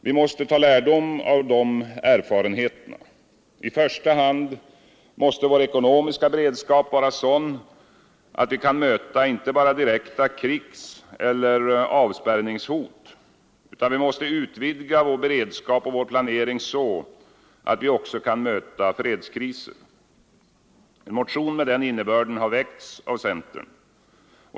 Vi måste ta lärdom av dessa erfarenheter. I första hand måste vår ekonomiska beredskap vara sådan att vi kan möta inte bara direkta krigseller avspärrningshot, utan vi måste utvidga vår beredskap och vår planering så att vi också kan möta fredskriser. En motion med den innebörden har väckts av centern.